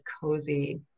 cozy